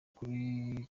ukuri